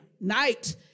night